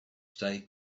stay